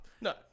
No